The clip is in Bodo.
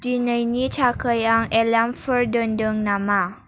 दिनैनि थाखाय आं एलार्मफोर दोनदों नामा